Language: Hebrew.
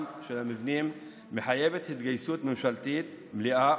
של המבנים מחייבות התגייסות ממשלתית מלאה,